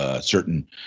certain